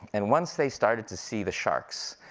and once they started to see the sharks,